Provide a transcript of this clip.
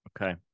Okay